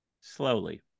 slowly